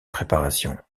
préparations